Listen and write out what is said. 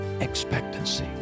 expectancy